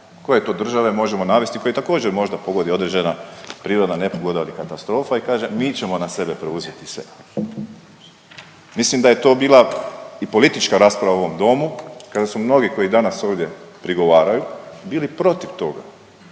Koje to države možemo navesti koje također, pogodi određena prirodna nepogoda ili katastrofa i kaže, mi ćemo na sebe preuzeti sve. Mislim da je to bila i politička rasprava u ovom domu kada su mnogi koji danas ovdje prigovaraju biti protiv toga.